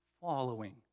following